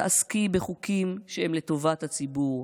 תעסקי בחוקים שהם לטובת הציבור,